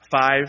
Five